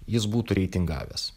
jis būtų reitingavęs